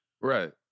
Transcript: right